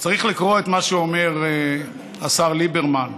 צריך לקרוא את מה שאומר השר ליברמן.